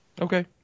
Okay